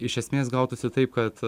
iš esmės gautųsi taip kad